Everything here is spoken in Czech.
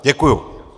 Děkuju.